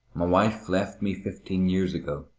my wife left me fifteen years ago.